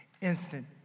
instant